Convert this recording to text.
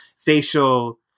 facial